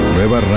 Nueva